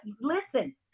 listen